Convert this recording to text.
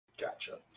Gotcha